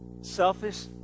selfish